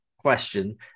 question